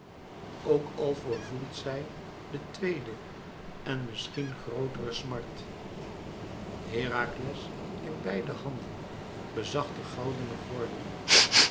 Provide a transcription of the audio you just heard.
ook al voorgevoelt zij de tweede en misschien grootere smàrt herakles in beide handen bezag den goudenen gordel